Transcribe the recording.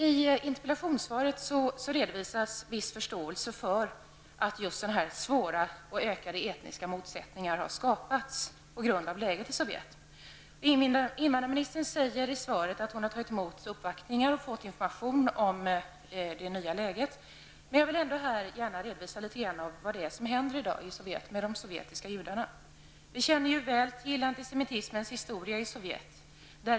I interpellationssvaret redovisas en viss förståelse för att den svåra situationen i Sovjet har lett till ökade etniska motsättningar. Invandrarministern säger i svaret att hon har tagit emot uppvaktningar och fått information om det nya läget. Jag vill ändå här redovisa något av det som i dag händer med de sovjetiska judarna. Vi känner väl till antisemitismens historia i Sovjet.